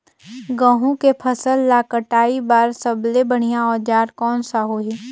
गहूं के फसल ला कटाई बार सबले बढ़िया औजार कोन सा होही?